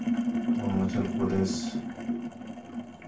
Arunachal Pradesh